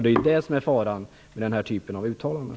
Det är det som är faran med den här typen av uttalanden.